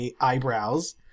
eyebrows